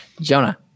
Jonah